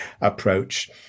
approach